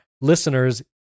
listeners